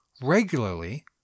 regularly